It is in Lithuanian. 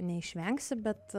neišvengsi bet